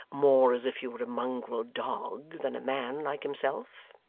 more as if you were a mongrel dog than a man like himself